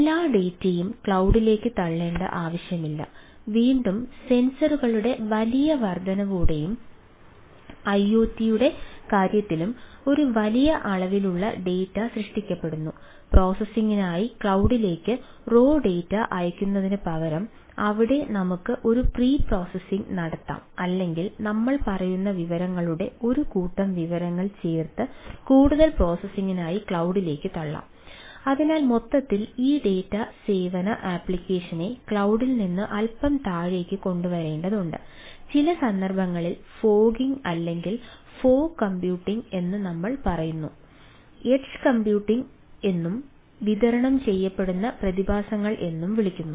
എല്ലാ ഡാറ്റൽ നിന്ന് അല്പം താഴേക്ക് കൊണ്ടുവരേണ്ടതുണ്ട് ചില സന്ദർഭങ്ങളിൽ ഫോഗിംഗ് അല്ലെങ്കിൽ ഫോഗ് കമ്പ്യൂട്ടിംഗ് എന്ന് നമ്മൾ പറയുന്നത് എഡ്ജ് കമ്പ്യൂട്ടിംഗ് എന്നും വിതരണം ചെയ്യപ്പെടുന്ന പ്രതിഭാസങ്ങൾ എന്നും വിളിക്കുന്നു